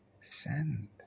send